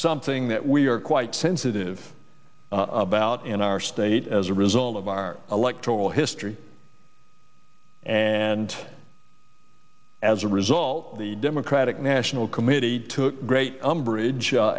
something that we are quite sensitive about in our state as a result of our electoral history and as a result the democratic national committee took great umbrage